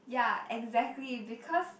yeah exactly because